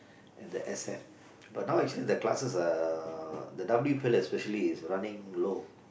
and the S F but now actually the classes uh the W_P especially is running low